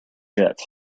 jet